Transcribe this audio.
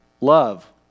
love